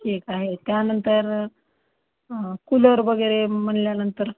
ठीक आहे त्यानंतर कूलर वगैरे म्हणल्यानंतर